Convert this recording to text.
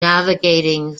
navigating